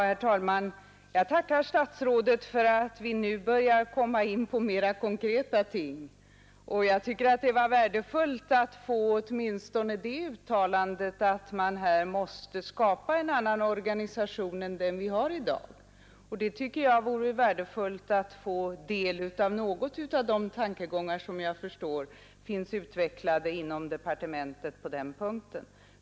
Herr talman! Jag tackar statsrådet för att vi nu börjar komma in på mera konkreta ting. Jag tycker det var värdefullt att få åtminstone det uttalandet, att man här måste skapa en annan organisation än den vi har i dag, och jag tycker det vore värdefullt att något få ta del av de tankegångar som jag förstår finns utvecklade inom departementet på den punkten.